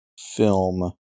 film